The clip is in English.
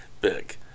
big